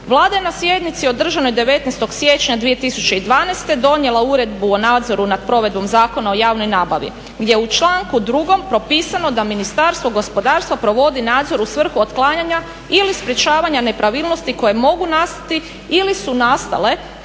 Vlada je na sjednici održanoj 19.siječnja 2012.donijela Uredbu o nadzoru nad provedbom Zakona o javnoj nabavi gdje u članku 2.propisano da Ministarstvo gospodarstva provodi nadzor u svrhu otklanjanja ili sprečavanja nepravilnosti koje mogu nastati ili su nastale